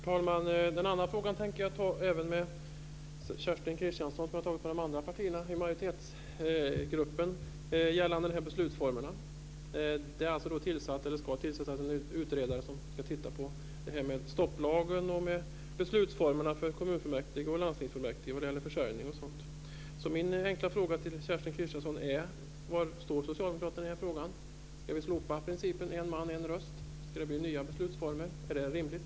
Herr talman! Den andra frågan som jag även tänkte ta upp med Kerstin Kristiansson Karlstedt har jag tagit upp med de andra partierna i majoritetsgruppen. Det gäller beslutsformerna. Det är tillsatt eller ska tillsättas en utredare som ska titta på det här med stopplagen och med beslutsformerna för kommunalfullmäktige och landstingsfullmäktige vad det gäller försörjning och sådant. Min enkla fråga till Kerstin Kristiansson är: Var står socialdemokraterna i den här frågan? Ska vi slopa principen en man-en röst? Ska det bli nya beslutsformer? Är det rimligt?